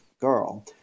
girl